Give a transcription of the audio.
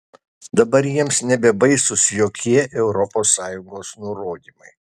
dabar jiems nebebaisūs jokie europos sąjungos nurodymai